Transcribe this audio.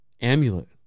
amulet